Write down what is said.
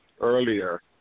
earlier